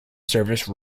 service